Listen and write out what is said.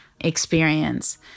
experience